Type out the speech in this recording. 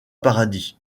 paradis